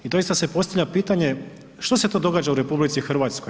I doista se postavlja pitanje što se to događa u RH.